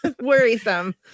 Worrisome